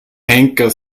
henker